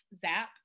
Zap